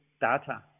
data